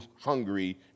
hungry